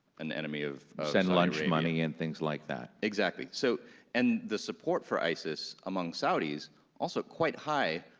an enemy of send lunch money and things like that. exactly, so and the support for isis among saudis also quite high,